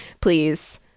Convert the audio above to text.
please